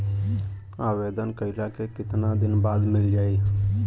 आवेदन कइला के कितना दिन बाद मिल जाई?